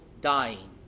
dying